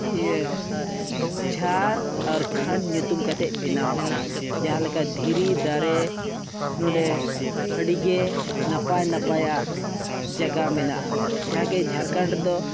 ᱤᱭᱟᱹ ᱡᱷᱟᱲ ᱟᱨ ᱠᱷᱚᱸᱰ ᱧᱩᱛᱩᱢ ᱠᱟᱛᱮ ᱵᱮᱱᱟᱣ ᱠᱟᱱᱟ ᱡᱟᱦᱟᱸ ᱞᱮᱠᱟ ᱫᱷᱤᱨᱤ ᱫᱟᱨᱮ ᱱᱚᱰᱮ ᱟᱹᱰᱤᱜᱮ ᱱᱟᱯᱟᱭ ᱱᱟᱯᱟᱭᱟᱜ ᱡᱟᱜᱟ ᱢᱮᱱᱟᱜᱼᱟ ᱡᱟᱦᱟᱜᱮ ᱡᱷᱟᱲᱠᱷᱟᱸᱰ ᱨᱮᱫᱚ